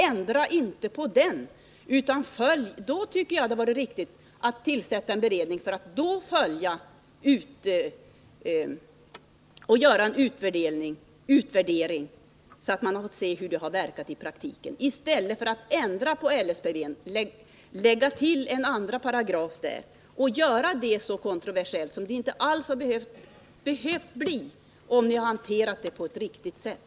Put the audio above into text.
Om man inte hade ändrat på LSPV, då hade det varit riktigt att tillsätta en beredning för att göra en utvärdering av hur lagstiftningen verkat i praktiken. Det hade varit bättre än att lägga till en andra paragraf så att den här frågan blev så kontroversiell. Den hade inte alls behövt bli det, om ni hade hanterat den på ett riktigt sätt.